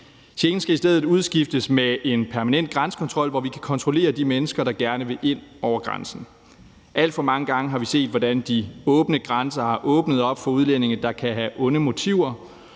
Schengen skal i stedet udskiftes med en permanent grænsekontrol, hvor vi kan kontrollere de mennesker, der gerne vil ind over grænsen. Alt for mange gange har vi set, hvordan de åbne grænser har åbnet op for udlændinge, der kan have onde motiver.